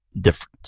different